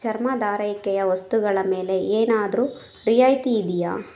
ಚರ್ಮದಾರೈಕೆಯ ವಸ್ತುಗಳ ಮೇಲೆ ಏನಾದರೂ ರಿಯಾಯಿತಿ ಇದೆಯಾ